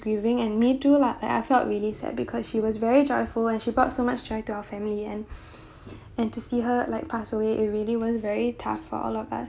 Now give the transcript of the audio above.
grieving and me too lah and I felt really sad because she was very joyful and she brought so much joy to our family and and to see her like pass away it really was very tough for all of us